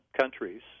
countries